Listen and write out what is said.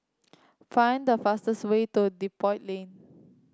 find the fastest way to Depot Lane